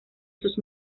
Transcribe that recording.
sus